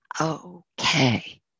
Okay